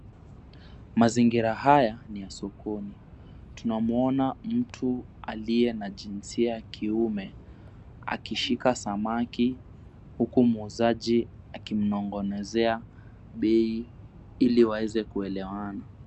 Mazingira haya ni ya sokoni. Mtu aliye na jinsia ya kiume akishika samaki, huku muuzaji akimnong'onezea bei ili waweze kuelewana.